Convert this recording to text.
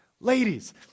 Ladies